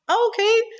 okay